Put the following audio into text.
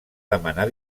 demanar